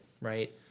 right